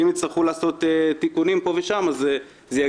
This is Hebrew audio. ואם יצטרכו לעשות תיקונים פה ושם,